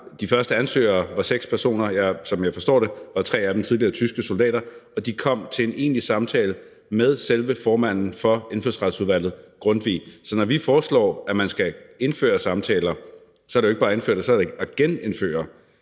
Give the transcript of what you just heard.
De første ansøgere var seks personer, og som jeg forstår det, var tre af dem tidligere tyske soldater, og de kom til en egentlig samtale med selve formanden for Indfødsretsudvalget, Grundtvig. Så når vi foreslår, at man skal indføre samtaler, så er det ikke bare at indføre, så er det at genindføre det.